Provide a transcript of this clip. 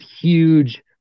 huge